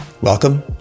welcome